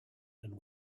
and